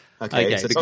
Okay